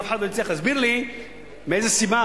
אף אחד לא הצליח להסביר לי מאיזו סיבה.